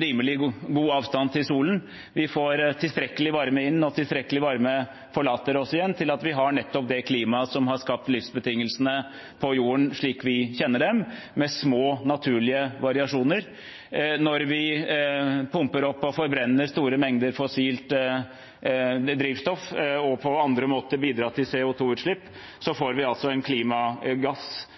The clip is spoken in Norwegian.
rimelig god avstand til solen. Vi får tilstrekkelig varme inn, og tilstrekkelig varme forlater oss igjen til at vi har nettopp det klimaet som har skapt livsbetingelsene på jorden slik vi kjenner den, med små naturlige variasjoner. Når vi pumper opp og forbrenner store mengder fossilt drivstoff og på andre måter bidrar til CO 2 -utslipp, får vi et lag av klimagass